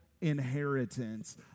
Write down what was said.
inheritance